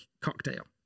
cocktail